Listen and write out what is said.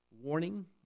warning